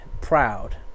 proud